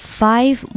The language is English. five